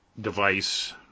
device